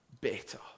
better